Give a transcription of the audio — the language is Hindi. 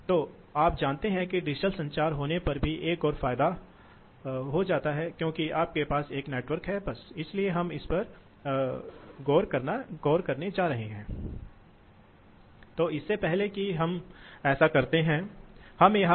तो आप देखते हैं कि यह है यह मांग है एक विशिष्ट मांग प्रोफ़ाइल है इसलिए यह कहता है कि हम कहते हैं कि यह अधिकतम प्रवाह 100 है जो हो सकता है कि हम 100 प्रतिशत कह रहे हैं इसलिए चूंकि हमने सुरक्षा मार्जिन की कुछ राशि रखी होगी